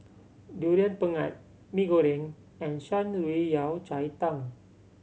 Durian Pengat Mee Goreng and Shan Rui Yao Cai Tang